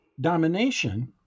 domination